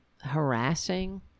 harassing